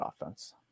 offense